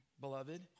beloved